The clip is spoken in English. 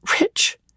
Rich